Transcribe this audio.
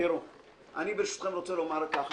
אני ברשותכם רוצה לומר כך.